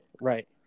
Right